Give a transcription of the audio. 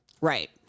Right